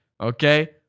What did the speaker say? okay